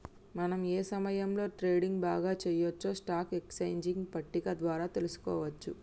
మనం ఏ సమయంలో ట్రేడింగ్ బాగా చెయ్యొచ్చో స్టాక్ ఎక్స్చేంజ్ పట్టిక ద్వారా తెలుసుకోవచ్చు